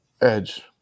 Edge